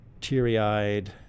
teary-eyed